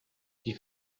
die